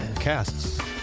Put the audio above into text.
Casts